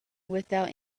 without